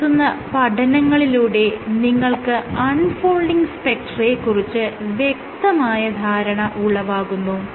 ഇതിൽ നടത്തുന്ന പഠനങ്ങളിലൂടെ നിങ്ങൾക്ക് അൺ ഫോൾഡിങ് സ്പെക്ട്രയെ കുറിച്ച് വ്യക്തമായ ധാരണ ഉളവാകുന്നു